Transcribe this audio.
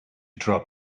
drop